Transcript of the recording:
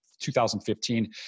2015